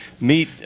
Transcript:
meet